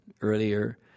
earlier